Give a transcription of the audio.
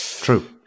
true